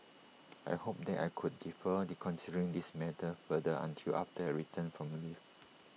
I had hoped that I could defer considering this matter further until after I return from leave